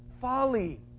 folly